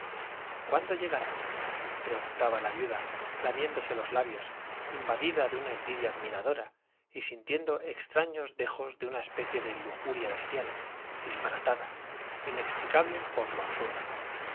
cuándo llegará preguntaba la viuda lamiéndose los labios invadida de una envidia admiradora y sintiendo extraños dejos de una especie de lujuria bestial disparatada inexplicable por lo absurda